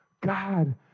God